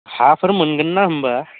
हाफोर मोनगोनना होनबा